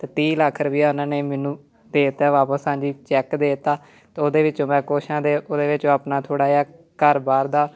ਅਤੇ ਤੀਹ ਲੱਖ ਰੁਪਿਆ ਉਹਨਾਂ ਨੇ ਮੈਨੂੰ ਦੇ ਦਿੱਤਾ ਵਾਪਸ ਹਾਂਜੀ ਚੈੱਕ ਦੇਤਾ ਅਤੇ ਉਹਦੇ ਵਿੱਚੋਂ ਮੈਂ ਖੁਸ਼ ਹਾਂ ਅਤੇ ਉਹਦੇ ਵਿੱਚੋਂ ਆਪਣਾ ਥੋੜ੍ਹਾ ਜਿਹਾ ਘਰ ਬਾਹਰ ਦਾ